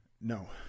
No